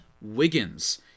Wiggins